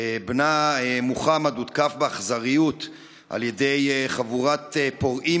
שבנה מוחמד הותקף באכזריות על ידי חבורת פורעים